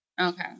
Okay